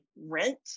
rent